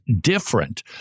different